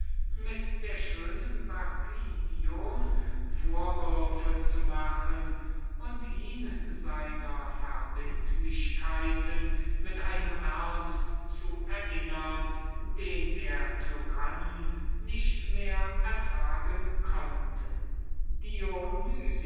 mit der schönen bacchidion vorwürfe zu machen und ihn seiner verbindlichkeiten mit einem ernst zu erinnern den der tyrann nicht mehr ertragen konnte dionys